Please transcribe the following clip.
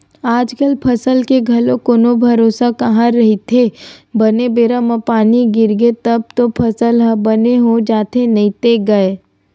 आजकल फसल के घलो कोनो भरोसा कहाँ रहिथे बने बेरा म पानी गिरगे तब तो फसल ह बने हो जाथे नइते गय